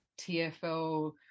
TFL